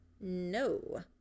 No